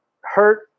hurt